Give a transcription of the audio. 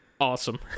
awesome